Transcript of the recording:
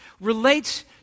relates